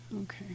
okay